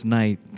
night